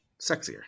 sexier